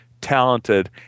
talented